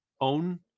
own